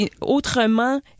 autrement